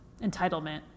entitlement